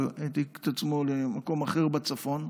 הוא העתיק את מקום מגוריו למקום אחר בצפון.